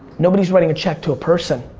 nobody's writing a check to a person.